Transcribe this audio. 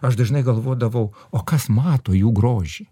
aš dažnai galvodavau o kas mato jų grožį